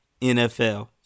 NFL